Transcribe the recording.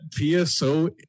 PSO